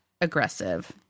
aggressive